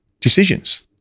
decisions